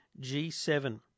G7